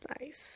nice